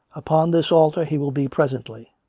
upon this altar he will be presently,